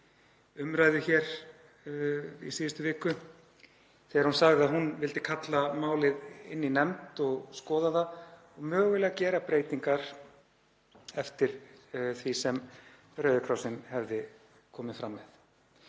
umræðu hér í síðustu viku þegar hún sagði að hún vildi kalla málið inn í nefnd og skoða það, og mögulega gera breytingar eftir því sem Rauði krossinn hefði komið fram með.